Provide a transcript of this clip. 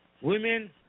women